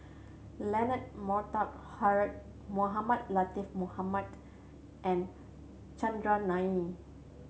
Leonard Montague Harrod Mohamed Latiff Mohamed and Chandran Nair